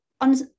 on